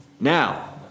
Now